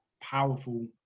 powerful